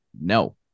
no